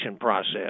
process